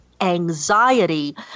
anxiety